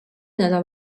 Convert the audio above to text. nella